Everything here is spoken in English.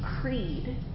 creed